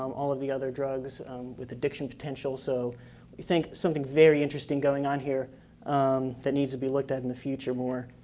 um all of the other drugs with addiction potentials so we think something very interesting going on here um that needs to be looked at in the future more.